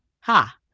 Ha